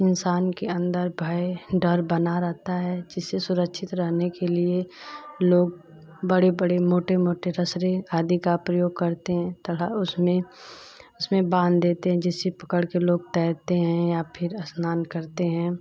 इंसान के अन्दर भय डर बना रहता है जिससे सुरक्षित रहने के लिए लोग बड़े बड़े मोटे मोटे रस्सी आदि का प्रयोग करते हैं तरह उसमें उसमें बाँध देते हैं जिससे पकड़ के लोग तैरते हैं या फिर स्नान करते हैं